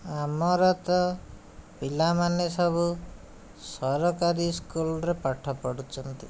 ଆମରତ ପିଲାମାନେ ସବୁ ସରକାରୀ ସ୍କୁଲରେ ପାଠ ପଢ଼ୁଛନ୍ତି